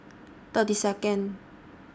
thirty Second